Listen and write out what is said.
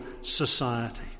society